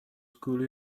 school